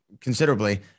considerably